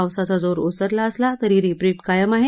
पावसाचा जोर ओसरला असला तरी रिपरीप कायम आहे